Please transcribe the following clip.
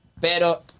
Pero